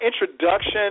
introduction